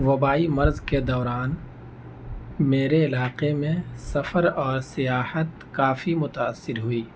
وبائی مرض کے دوران میرے علاقے میں سفر اور سیاحت کافی متاثر ہوئی